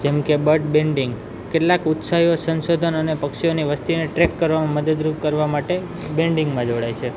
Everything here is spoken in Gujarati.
જેમ કે બર્ડ બેન્ડિંગ કેટલાક ઉત્સાહીયો સંસોધન અને પક્ષીઓની વસ્તીને ટ્રેક કરવામાં મદદરૂપ કરવા માટે બેન્ડિંગમાં જોડાય છે